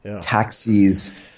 taxis